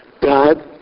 God